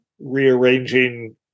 rearranging